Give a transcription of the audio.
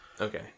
Okay